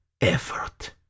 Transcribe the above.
effort